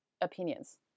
opinions